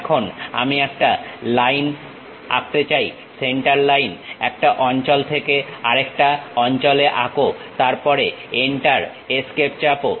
এখন আমি একটা লাইন আঁকতে চাই সেন্টার লাইন একটা অঞ্চল থেকে আরেকটা অঞ্চলে আঁকো তারপরে এন্টার এস্কেপ চাপো